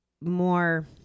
more